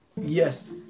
Yes